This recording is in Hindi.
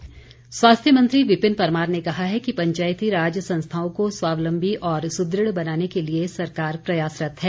परमार स्वास्थ्य मंत्री विपिन परमार ने कहा है कि पंचायती राज संस्थाओं को स्वावलम्बी और सुदृढ़ बनाने के लिए सरकार प्रयासरत है